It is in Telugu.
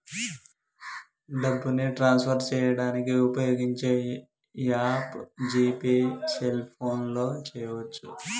డబ్బుని ట్రాన్స్ఫర్ చేయడానికి ఉపయోగించే యాప్ జీ పే సెల్ఫోన్తో చేయవచ్చు